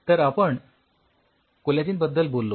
तर आपण कोलॅजिन बद्दल बोललो